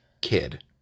kid